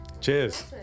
cheers